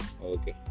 Okay